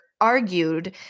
argued